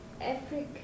Africa